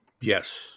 Yes